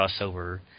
crossover